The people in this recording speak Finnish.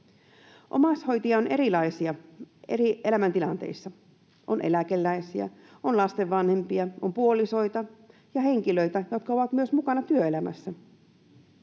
Omaishoitajia on erilaisia, eri elämäntilanteissa. On eläkeläisiä, on lasten vanhempia, on puolisoita, ja on henkilöitä, jotka ovat myös mukana työelämässä.